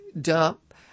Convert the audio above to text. dump